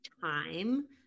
time